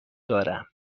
دارم